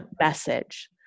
message